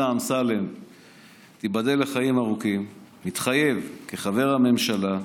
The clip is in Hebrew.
לחוק-יסוד: הממשלה.